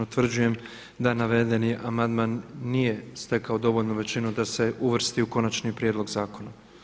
Utvrđujem da navedeni amandman nije stekao dovoljnu većinu da se uvrsti u konačni prijedlog zakona.